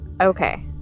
Okay